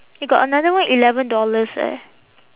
eh got another one eleven dollars eh